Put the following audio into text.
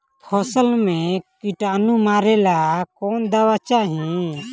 फसल में किटानु मारेला कौन दावा चाही?